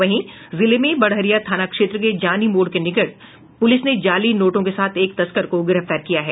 वहीं जिले में बड़हरिया थाना क्षेत्र के जानी मोड़ के निकट पूलिस ने जाली नोटों के साथ एक तस्कर को गिरफ्तार किया है